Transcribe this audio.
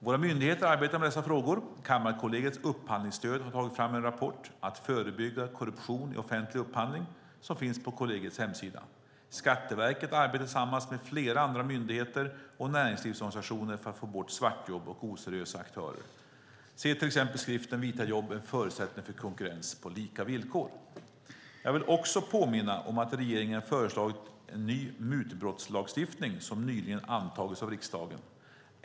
Våra myndigheter arbetar med dessa frågor. Kammarkollegiets upphandlingsstöd har tagit fram en rapport, Att förebygga korruption i offentlig upphandling , som finns på kollegiets hemsida. Skatteverket arbetar tillsammans med flera andra myndigheter och näringslivsorganisationer för att få bort svartjobb och oseriösa aktörer. Se till exempel skriften Vita jobb - en förutsättning för konkurrens på lika villkor . Jag vill också påminna om att regeringen har föreslagit ny mutbrottslagstiftning, som nyligen antagits av riksdagen.